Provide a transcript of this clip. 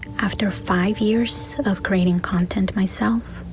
after five years of creating content myself,